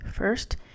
First